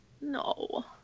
No